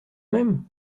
même